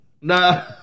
No